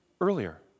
earlier